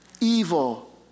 evil